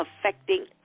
affecting